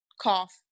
cough